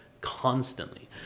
constantly